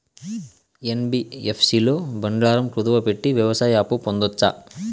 NBFC లో బంగారం కుదువు పెట్టి వ్యవసాయ అప్పు పొందొచ్చా?